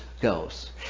goes